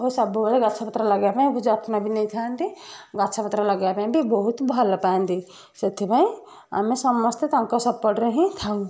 ଓ ସବୁବେଳେ ଗଛପତ୍ର ଲଗାଇବା ପାଇଁ ବି ଯତ୍ନ ବି ନେଇଥାନ୍ତି ଗଛପତ୍ର ଲଗାଇବା ପାଇଁ ବି ବହୁତ ଭଲ ପାଆନ୍ତି ସେଥିପାଇଁ ଆମେ ସମସ୍ତେ ତାଙ୍କ ସପୋର୍ଟରେ ହିଁ ଥାଉ